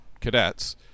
cadets